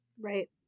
Right